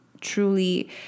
truly